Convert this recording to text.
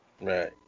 Right